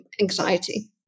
anxiety